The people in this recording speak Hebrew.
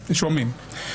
נכון.